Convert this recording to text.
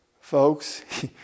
Folks